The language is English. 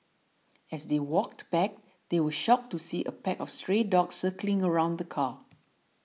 as they walked back they were shocked to see a pack of stray dogs circling around the car